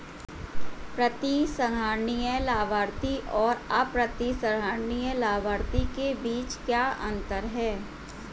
प्रतिसंहरणीय लाभार्थी और अप्रतिसंहरणीय लाभार्थी के बीच क्या अंतर है?